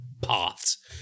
paths